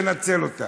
תנצל אותה,